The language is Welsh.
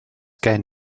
gen